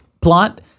plot